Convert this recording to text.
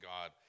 God